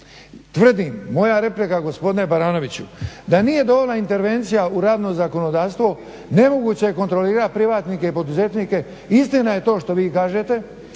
Tvrdim, moja replika gospodine Baranoviću, da nije dovoljna intervencija u radno zakonodavstvo, nemoguće je kontrolirat privatnike i poduzetnike. Istina je to što vi kažete.